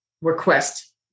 request